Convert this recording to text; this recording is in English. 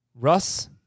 Russ